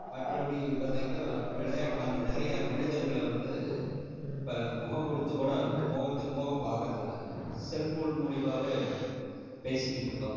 மற்ற படி பார்த்திங்கன்னா வெளையாட நாம் நிறைய மனிதர்கள வந்து இப்போ முகம் கொடுத்து கூட முகத்துக்கு முகம் பார்க்கறதில்ல செல் ஃபோன் மூலிமாவே பேசிக்கிட்ருக்கோம்